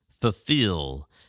Fulfill